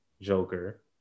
Joker